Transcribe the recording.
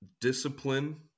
discipline